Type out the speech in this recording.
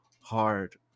hard